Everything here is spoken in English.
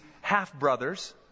half-brothers